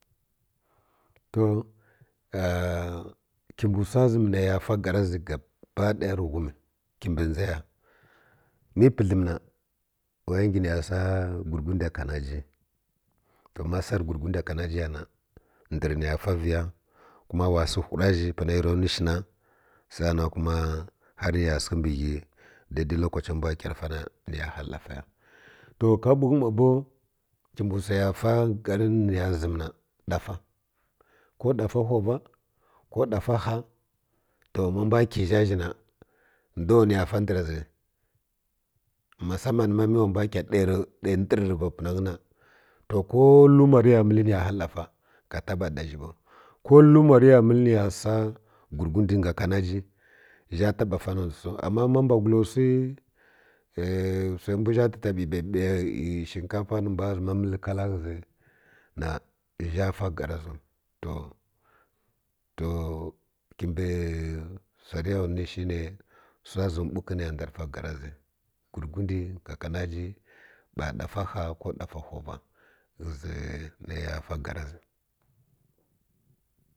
To kimbə wsa zəm nə ya fa gar gabaɗaya rə ghum kibə dʒa ya mə pa’dlem na wa ya ngi na ya sa gurgwində kanaji to ma sar gurgwində kanadiya na ndər ni ya fa viya kuma wa sə hura zhi pana rə ya nuwi shina sa’a nan kuma har ni ya səkə mbi ghəy daidai lokace mbw kəa ɗafci na ni ya hal ya to ka buke ma bow kiɓə wsai fa gar ni ya zəm na ɗafa ko ɗa fa hova ko ɗa fa ha to ma mbw kə zha zhi na dow ni ya fa ndər zi masuman mə wa mbw kə dərə ndər rə va punə nyi na to ko luma rə məl ni ya hal ɗa fa ka taba ɗa zhi bow ko kuma rə ya məl ni ya su gurgundə nga kanaji zha taɓa faha su ama ma mbwgulo wsi wsai mbw zhi ta wsa bəbəbə iyi shinkafa ni mbw kəy ʒma məl vala gha zhi ha na zha fa gar ziw ti kibə wsa rə ya nuwi shi wsa ʒam bukə nə ya ndar fa gur zi gurgundi nga kanati ba ɗafa ha ko ɗafa hova ghə zi nə ya fa gar zi.